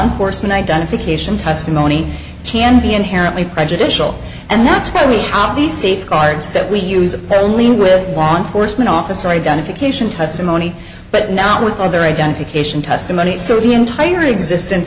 enforcement identification testimony can be inherently prejudicial and that's why we are these safeguards that we use the only with want horsman officer identification testimony but now with other identification testimony so the entire existence